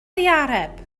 ddihareb